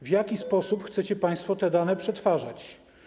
W jaki sposób chcecie państwo te dane przetwarzać?